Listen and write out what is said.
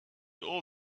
all